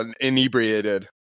inebriated